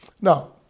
Now